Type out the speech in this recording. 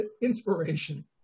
inspiration